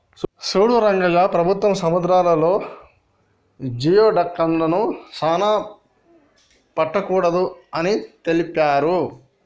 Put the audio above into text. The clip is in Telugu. సూడు రంగయ్య ప్రభుత్వం సముద్రాలలో జియోడక్లను సానా పట్టకూడదు అని తెలిపారు